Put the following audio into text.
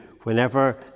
whenever